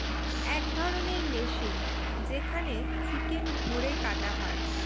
এক ধরণের মেশিন যেখানে চিকেন ভোরে কাটা হয়